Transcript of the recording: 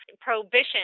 Prohibition